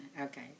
Okay